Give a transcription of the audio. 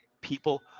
people